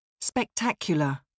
Spectacular